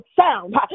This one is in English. sound